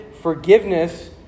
forgiveness